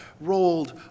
rolled